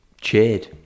cheered